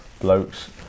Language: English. Blokes